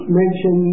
mention